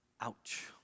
Ouch